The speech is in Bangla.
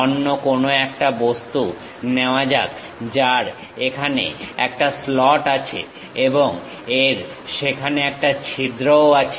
অন্য কোনো একটা বস্তু নেওয়া যাক যার এখানে একটা স্লট আছে এবং এর সেখানে একটা ছিদ্রও আছে